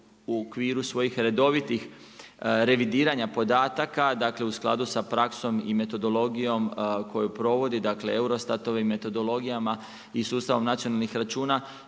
u okviru svojih redovitih revidiranje podataka, dakle u skladu s praksom i metodologijom koji provodi dakle, eurostatovim metodologijama i sustavom nacionalnih računa,